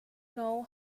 know